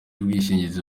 ubwishingizi